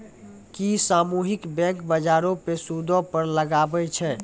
कि सामुहिक बैंक, बजारो पे सूदो दर लगाबै छै?